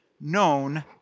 known